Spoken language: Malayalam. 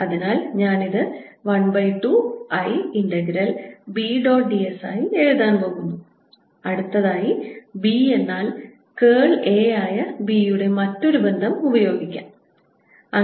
അതിനാൽ ഞാൻ ഇത് 1 by 2 I integral B dot d s ആയി എഴുതാൻ പോകുന്നു അടുത്തതായി B എന്നാൽ കേൾ A ആയ B യുടെ മറ്റൊരു ബന്ധം ഉപയോഗിക്കാൻ പോകുന്നു